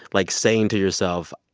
like, saying to yourself,